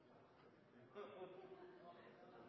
for få